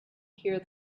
hear